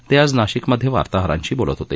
ते आज नाशिकमध्ये वार्ताहरांशी बोलत होते